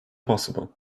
possible